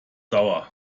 sauer